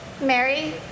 Mary